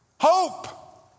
Hope